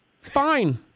Fine